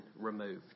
removed